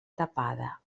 tapada